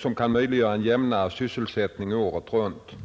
som kan möjliggöra en jämnare sysselsättning året runt.